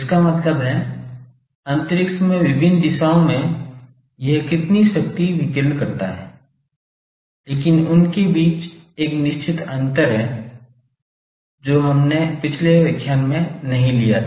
इसका मतलब है अंतरिक्ष में विभिन्न दिशाओं में यह कितनी शक्ति विकीर्ण करता है लेकिन उनके बीच एक निश्चित अंतर है जो हमनें पिछले व्याख्यान में नहीं लिया था